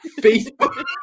facebook